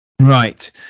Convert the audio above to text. Right